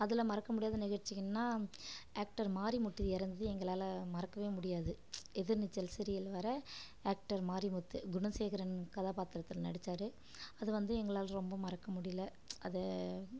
அதில் மறக்க முடியாத நிகழ்ச்சிகள்னா ஆக்டர் மாரிமுத்து இறந்தது எங்களால் மறக்கவே முடியாது எதிர்நீச்சல் சீரியலில் வர ஆக்டர் மாரிமுத்து குணசேகரன் கதாபாத்திரத்தில் நடிச்சார் அது வந்து எங்களால் ரொம்ப மறக்க முடியல அதை